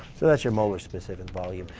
so that's your molar specific and volume.